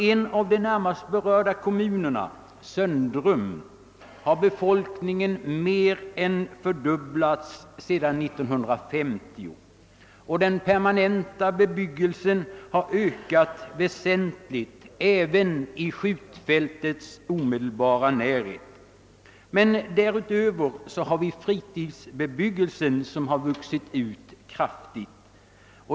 I den närmast berörda kommunen — Söndrum -— har befolkningen mer än fördubblats sedan 1950, och den permanenta bebyggelsen har ökat väsentligt även i skjutfältets omedelbara närhet. Dessutom har fritidsbebyggelsen vuxit kraftigt.